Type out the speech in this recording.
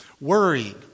Worried